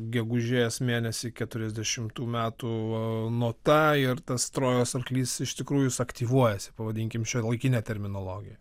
gegužės mėnesį keturiasdešimtų metų nota ir tas trojos arklys iš tikrųjų jis aktyvuojasi pavadinkim šiuolaikine terminologija